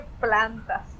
plantas